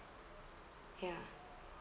ya